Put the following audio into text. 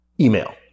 email